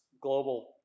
global